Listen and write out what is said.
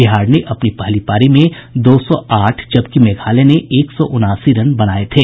बिहार ने अपनी पहली पारी में दो सौ आठ जबकि मेघालय ने एक सौ उनासी रन बनाये थे